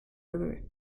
river